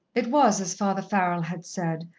it was as father farrell had said,